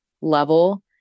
level